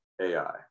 AI